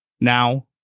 now